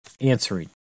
answering